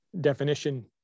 definition